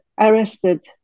arrested